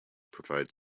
provide